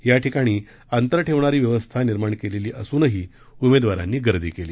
याठिकाणी अंतर ठेवणारी व्यवस्था निर्माण केलेली असूनही उमेदवारांनी गर्दी केली